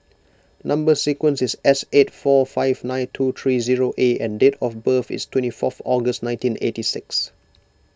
Number Sequence is S eight four five nine two three zero A and date of birth is twenty four August nineteen eighty six